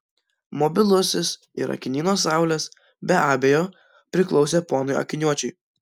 mobilusis ir akiniai nuo saulės be abejo priklausė ponui akiniuočiui